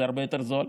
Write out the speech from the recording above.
זה הרבה יותר זול,